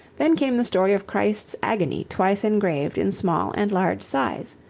then came the story of christ's agony twice engraved in small and large size.